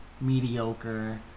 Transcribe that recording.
mediocre